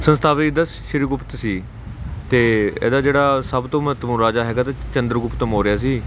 ਸੰਸਥਾਪਕ ਇਸਦਾ ਸ੍ਰੀ ਗੁਪਤ ਸੀ ਅਤੇ ਇਹਦਾ ਜਿਹੜਾ ਸਭ ਤੋਂ ਮਹੱਤਵਪੂਰਨ ਰਾਜਾ ਹੈਗਾ ਤਾ ਚੰਦਰਗੁਪਤ ਮੌਰੀਆ ਸੀ